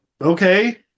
Okay